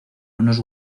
unos